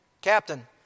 Captain